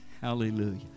Hallelujah